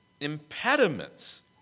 impediments